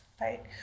Right